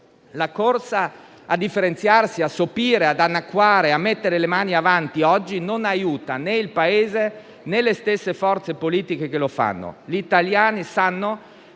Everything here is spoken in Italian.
La corsa a differenziarsi, a sopire, ad annacquare, a mettere le mani avanti oggi non aiuta né il Paese né le stesse forze politiche che lo fanno. Gli italiani sanno